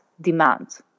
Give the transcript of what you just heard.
demand